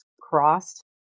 crossed